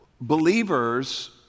believers